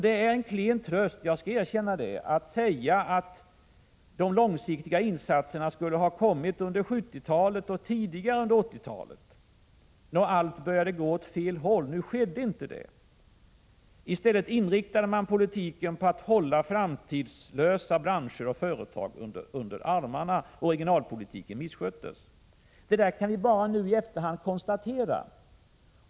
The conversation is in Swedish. Det är en klen tröst — jag skall erkänna det — att säga att de långsiktiga insatserna skulle ha gjorts under 1970-talet och tidigare under 1980-talet, när allt började gå åt fel håll. Nu skedde inte det. I stället inriktade man politiken på att hålla framtidslösa branscher och företag under armarna och regionalpolitiken missköttes. Det är något som ni nu i efterhand bara kan konstatera.